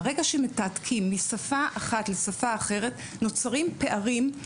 ברגע שמתעתקים משפה אחת לשפה אחרת נוצרים פערים.